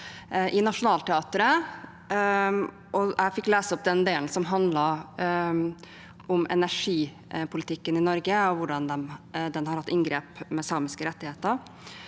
i Nationaltheatret. Jeg fikk lese opp den delen som handlet om energipolitikken i Norge og hvordan den har hatt inngrep i samiske rettigheter.